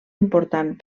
important